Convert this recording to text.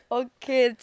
okay